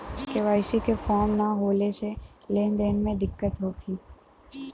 KYC के form न होले से लेन देन में दिक्कत होखी?